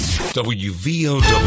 W-V-O-W